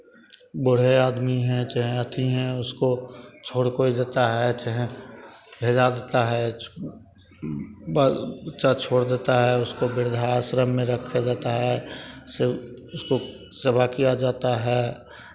बूढ़े आदमी हैं चाहे अथि हैं उसको छोड़ कोई देता है चाहे भेजा देता है बाल बच्चा छोड़ देता है उसकाे वृद्धाश्रम में रखा जाता है से उसको सेवा किया जाता है